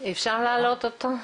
אפשר להעלות אותו?